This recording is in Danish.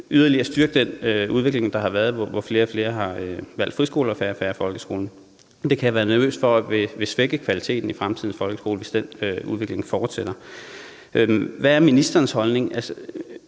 yderligere styrkelse af den udvikling, der har været, hvor flere og flere har valgt friskoler og færre og færre folkeskolen. Jeg kan være nervøs for, at det vil svække kvaliteten i fremtidens folkeskole, hvis den udvikling fortsætter. Hvad er ministerens holdning?